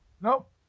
Nope